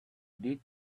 did